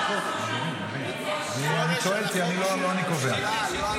אני לא מבינה, סוכם על